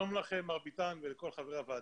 אלון מימון מאל